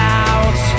out